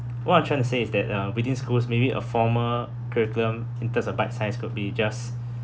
what I'm trying to say is that uh within schools maybe a formal curriculum in terms of bite-size could be just